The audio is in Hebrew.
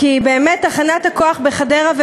כי באמת תחנת-הכוח בחדרה,